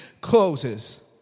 closes